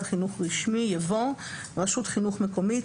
חינוך רשמי"" יבוא: "רשות חינוך מקומית",